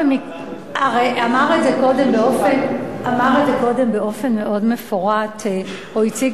אמר את זה קודם באופן מאוד מפורט או הציג